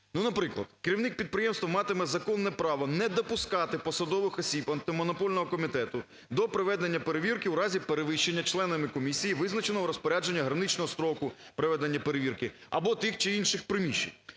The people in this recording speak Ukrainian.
наприклад, керівник підприємства матиме законне право не допускати посадових осіб Антимонопольного комітету до проведення перевірки у разі перевищення членами комісій визначного розпорядженням граничного строку проведення перевірки або тих чи інших приміщень.